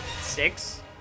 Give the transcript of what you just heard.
Six